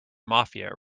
mafia